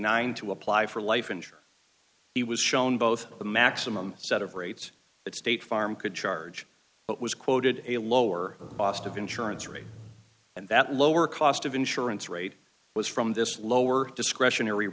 nine to apply for life insurance he was shown both the maximum set of rates that state farm could charge but was quoted a lower cost of insurance rate and that lower cost of insurance rate was from this lower discretionary